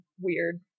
weird